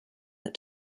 that